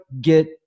get